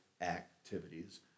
activities